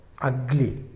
ugly